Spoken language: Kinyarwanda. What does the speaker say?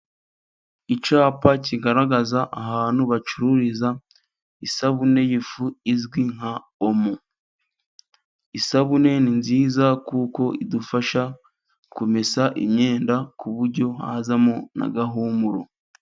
Icyapa kigaragaza ahantu bacururiza isabune y'ifu izwi nka omo, isabune ni nziza kuko idufasha kumesa imyenda ku buryo hazamo n'agahumuro.